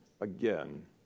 again